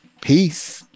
peace